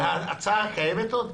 ההצעה של משרד האוצר קיימת עוד?